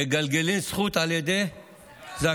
מגלגלים זכות על ידי זכאי.